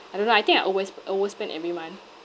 I don't know I think I overs~ overspend every month